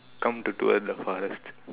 come to~ towards the forest